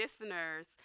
listeners